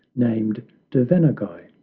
named devanaguy,